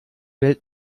welt